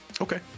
Okay